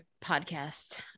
podcast